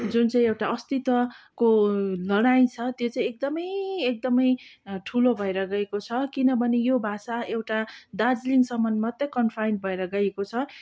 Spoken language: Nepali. जुन चाहिँ एउटा अस्तित्वको लडाईँ छ त्यो चाहिँ एकदमै एकदमै ठुलो भएर गएको छ किनभने यो भाषा एउटा दार्जिलिङसम्म मात्र कन्फाइन्ड भएर गएको छ